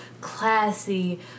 classy